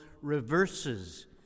reverses